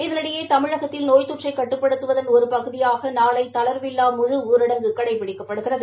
இதனினடயே தமிழகத்தில் நோய் தொற்றை கட்டுப்படுத்துவதன் ஒரு பகுதியாக நாளை தளா்வில்லா முழு ஊரடங்கு கடைபிடிக்கப்படுகிறது